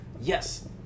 yes